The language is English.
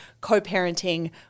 co-parenting